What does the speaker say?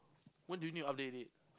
when do you need to update it